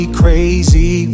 crazy